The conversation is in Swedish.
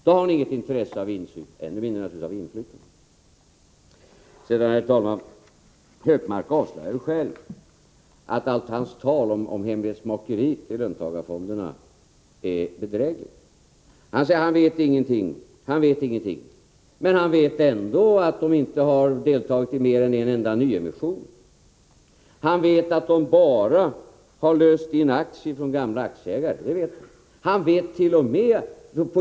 Då har ni inget intresse av insyn, och naturligtvis ännu mindre av inflytande. Gunnar Hökmark avslöjade själv att allt hans tal om hemlighetsmakeriet i löntagarfonderna är bedrägligt. Han säger att han vet ingenting om dem. Men han vet ändå att de inte har deltagit i mer än enda nyemission, han vet att de bara har löst in aktier från gamla aktieägare — det vet han! Han vett.o.m.